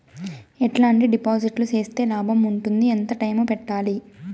ఎట్లాంటి డిపాజిట్లు సేస్తే లాభం ఉంటుంది? ఎంత టైము పెట్టాలి?